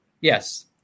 yes